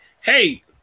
hey